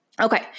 Okay